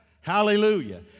hallelujah